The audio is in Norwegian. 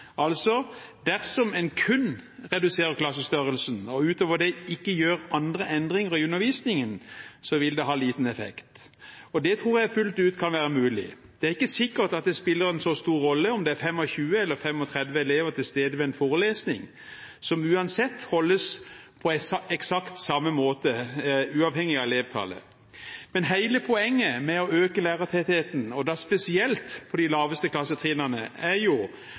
Altså, dersom en kun reduserer klassestørrelsen og utover det ikke gjør andre endringer i undervisningen, vil det ha liten effekt. Og det tror jeg fullt ut kan være mulig. Det er ikke sikkert at det spiller så stor rolle om det er 25 eller 35 elever til stede ved en forelesning, som uansett holdes på eksakt samme måte, uavhengig av elevtallet. Men hele poenget med å øke lærertettheten, og da spesielt på de laveste klassetrinnene, er